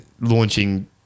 launching